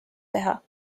teha